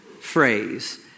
phrase